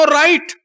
right